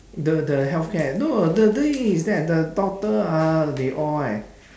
the the healthcare no the thing is that the doctor ah they all like